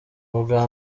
ubwa